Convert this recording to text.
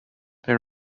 they